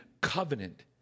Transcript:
covenant